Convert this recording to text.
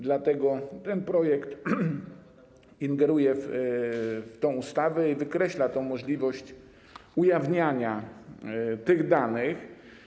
Dlatego projekt ingeruje w tę ustawę i wykreśla możliwość ujawniania tych danych.